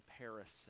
comparison